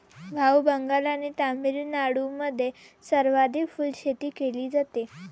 भाऊ, बंगाल आणि तामिळनाडूमध्ये सर्वाधिक फुलशेती केली जाते